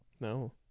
no